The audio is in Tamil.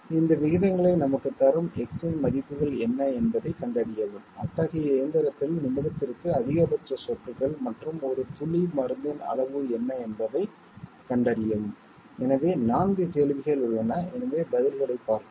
இந்த விகிதங்களை நமக்குத் தரும் X இன் மதிப்புகள் என்ன என்பதைக் கண்டறியவும் அத்தகைய இயந்திரத்தில் நிமிடத்திற்கு அதிகபட்ச சொட்டுகள் மற்றும் ஒரு துளி மருந்தின் அளவு என்ன என்பதைக் கண்டறியவும் எனவே 4 கேள்விகள் உள்ளன எனவே பதில்கள் ஐப் பார்ப்போம்